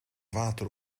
water